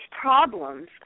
problems